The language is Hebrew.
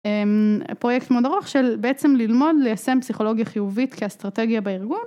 פרויקט מאוד ארוך של בעצם ללמוד, ליישם פסיכולוגיה חיובית כאסטרטגיה בארגון.